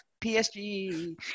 PSG